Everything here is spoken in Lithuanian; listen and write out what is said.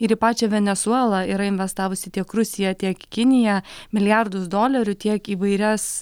ir į pačią venesuelą yra investavusi tiek rusija tiek kinija milijardus dolerių tiek įvairias